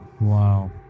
Wow